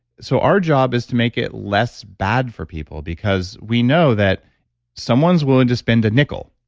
so, our job is to make it less bad for people because we know that someone's willing to spend a nickel,